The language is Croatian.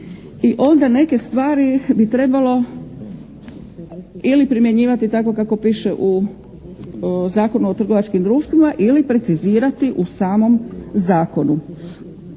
i onda neke stvari bi trebalo ili primjenjivati tako kako piše u Zakonu o trgovačkim društvima ili precizirati u samom zakonu.